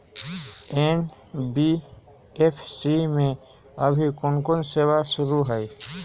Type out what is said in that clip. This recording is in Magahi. एन.बी.एफ.सी में अभी कोन कोन सेवा शुरु हई?